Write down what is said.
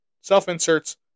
self-inserts